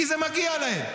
כי זה מגיע להם.